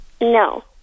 No